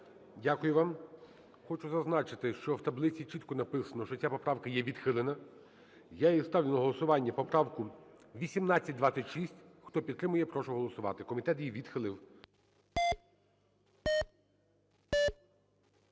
Дякую вам. Хочу зазначити, що в таблиці чітко написано, що ця поправка є відхилена, я її ставлю на голосування, поправку 1826. Хто підтримує, я прошу голосувати, комітет її відхилив.